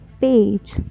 page